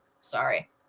Sorry